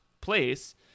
place